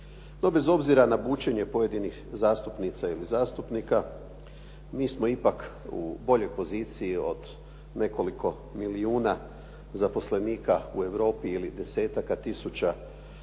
bez obzira na bučenje pojedinih zastupnica ili zastupnika mi smo ipak u boljoj poziciji od nekoliko milijuna zaposlenika u Europi ili desetaka tisuća